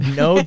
no